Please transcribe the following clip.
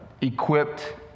equipped